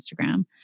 Instagram